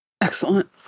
Excellent